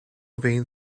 vein